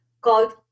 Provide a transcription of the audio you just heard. called